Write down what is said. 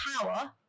power